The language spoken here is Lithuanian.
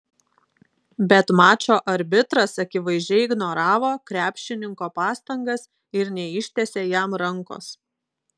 bet mačo arbitras akivaizdžiai ignoravo krepšininko pastangas ir neištiesė jam rankos